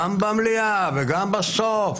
גם במליאה וגם בסוף,